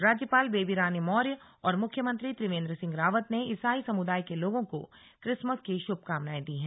राज्यपाल बेबी रानी मौर्य और मुख्यमंत्री त्रिवेंद्र सिंह रावत ने ईसाई समुदाय के लोगों को क्रिसमस की शुभकामनाएं दी हैं